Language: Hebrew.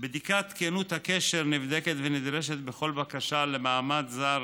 בדיקת כנות הקשר נבדקת ונדרשת בכל בקשה למעמד של זר,